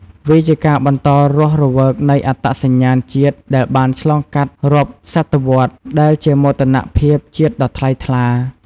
វាជាការបន្តរស់រវើកនៃអត្តសញ្ញាណជាតិដែលបានឆ្លងកាត់រាប់សតវត្សរ៍ ដែលជាមោទនភាពជាតិដ៏ថ្លៃថ្លា។